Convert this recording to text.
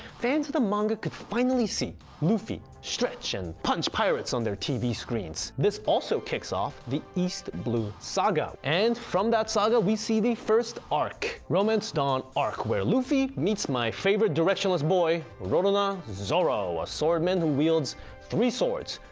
fans of the manga could finally see luffy stretch and punch pirates on their tv screens. this also kicks off the east blue saga and from that saga we see the first arc romance dawn arc, where luffy meets my favorite directionless boy, roronoa zoro, a swordsmen who wields three swords,